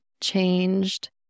changed